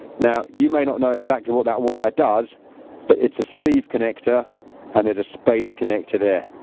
now you may not know exactly what that wire does but it's a sleeve connector and there's a spade connector there.